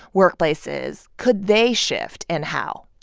workplaces could they shift, and how?